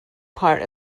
part